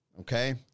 okay